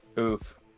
oof